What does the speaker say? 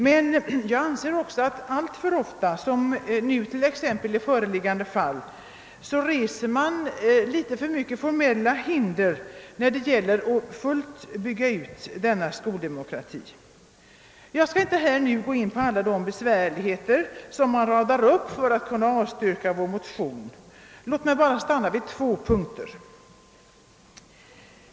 Men jag tycker också att man alltför ofta — t.ex. i föreliggande fall — reser litet för mycket formella hinder när det gäller att fullt bygga ut denna skoldemokrati. Jag skall inte här gå in på alla de besvärligheter man radar upp för att kunna avstyrka vår motion. Låt mig bara stanna vid två punkter.